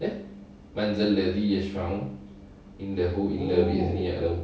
there